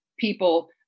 People